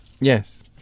Yes